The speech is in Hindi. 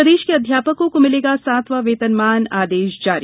प्रदेश के अध्यापकों को मिलेगा सातवां वेतनमान आदेश जारी